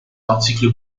articles